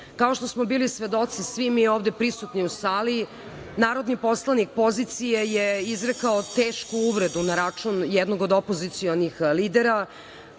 Kao što smo bili svedoci svi mi ovde prisutni u sali, narodni poslanik pozicije je izrekao tešku uvredu na račun jednog od opozicionih lidera.